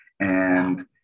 And-